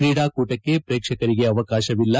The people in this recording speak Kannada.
ಕ್ರೀಡಾಕೂಟಕ್ಕೆ ಪ್ರೇಕ್ಷಕರಿಗೆ ಅವಕಾಶವಿಲ್ಲ